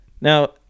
Now